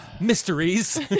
mysteries